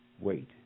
wait